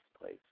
place